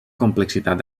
complexitat